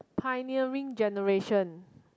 pioneering generation